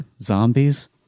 zombies